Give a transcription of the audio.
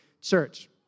church